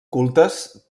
cultes